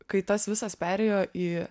kai tas visas perėjo į